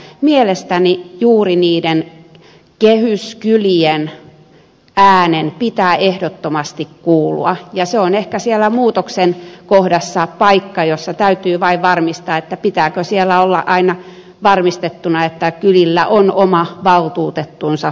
mielestäni juuri niiden kehyskylien äänen pitää ehdottomasti kuulua ja se on ehkä siellä muutoksen kohdassa paikka jossa täytyy vain varmistaa pitääkö siellä olla aina varmistettuna että kylillä on oma valtuutettunsa valtuustossa